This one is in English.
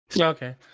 Okay